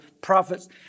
prophets